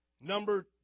number